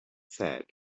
said